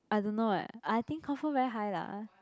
I don't know eh I think confirm very high lah